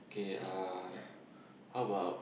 okay uh how about